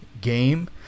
game